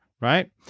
right